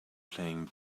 playing